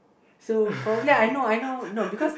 so probably I know I know no because